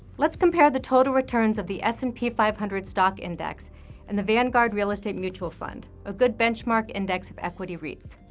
let's compare the total returns of the s and p five hundred stock index and the vanguard real estate mutual fund, a good benchmark index of equity reits.